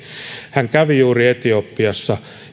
hän kävi juuri etiopiassa